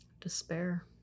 Despair